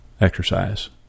exercise